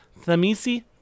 Thamisi